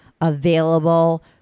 available